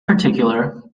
particular